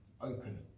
open